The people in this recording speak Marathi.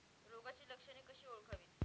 रोगाची लक्षणे कशी ओळखावीत?